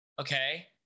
okay